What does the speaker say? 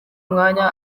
umwanya